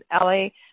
Ellie